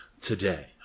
today